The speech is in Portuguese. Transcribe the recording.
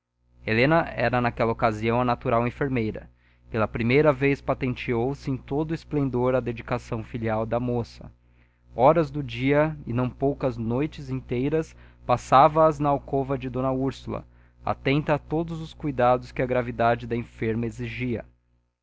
helena era naquela ocasião a natural enfermeira pela primeira vez patenteou se em todo o esplendor a dedicação filial da moça horas do dia e não poucas noites inteiras passava as na alcova de d úrsula atenta a todos os cuidados que a gravidade da enferma exigia